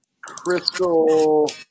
Crystal